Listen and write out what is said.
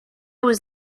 was